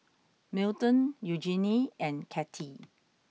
Milton Eugenie and Kattie